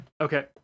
Okay